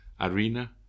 arena